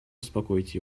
успокоить